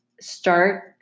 start